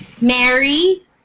Mary